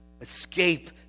Escape